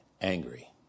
angry